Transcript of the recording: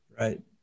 right